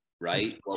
right